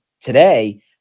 today